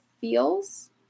feels